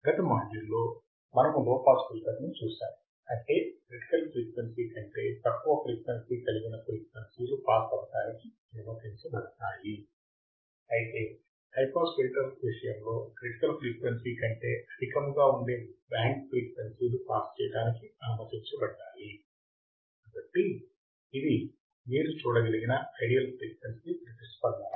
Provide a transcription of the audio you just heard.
గత మాడ్యూల్లో మనము లో పాస్ ఫిల్టర్ని చూశాము అంటే క్రిటికల్ ఫ్రీక్వెన్సీ కంటే తక్కువ ఫ్రీక్వెన్సీ కలిగిన ఫ్రీక్వెన్సీలు పాస్ అవటానికి అనుమతించబడతాయి అయితే హై పాస్ ఫిల్టర్ విషయంలో క్రిటికల్ ఫ్రీక్వెన్సీ కంటే అధికముగా ఉండే బ్యాండ్ ఫ్రీక్వెన్సీలు పాస్ చేయడానికి అనుమతించబడ్డాయి కాబట్టి ఇది మీరు చూడగలిగిన ఐడియల్ ఫ్రీక్వెన్సీ ప్రతిస్పందన